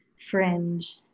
fringe